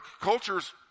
culture's